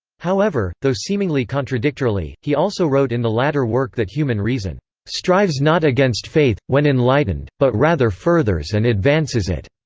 however, though seemingly contradictorily, he also wrote in the latter work that human reason strives not against faith, when enlightened, but rather furthers and advances it,